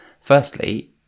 firstly